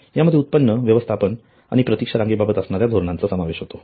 यामध्ये उत्पन्न व्यवस्थापन आणि प्रतिक्षा रांगे बाबत असणाऱ्या धोरणाचा समावेश होतो